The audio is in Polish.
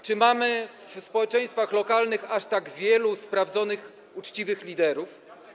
Czy mamy w społeczeństwach lokalnych aż tak wielu sprawdzonych, uczciwych liderów?